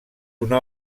una